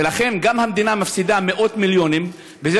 ולכן גם המדינה מפסידה מאות מיליונים בזה